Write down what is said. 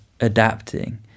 adapting